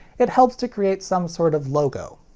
it helps to create some sort of logo.